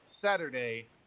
Saturday